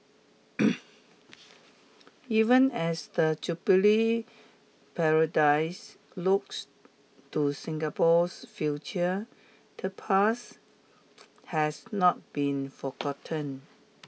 even as the Jubilee paradise looks to Singapore's future the past has not been forgotten